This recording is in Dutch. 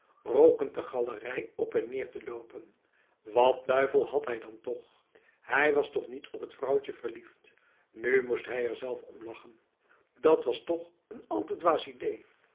rokend de galerij op en neer te lopen wat duivel had hij dan toch hij was toch niet op t vrouwtje verliefd nu moest hij er zelf om lachen dat was toch een al te dwaas idee